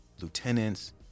lieutenants